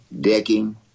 Decking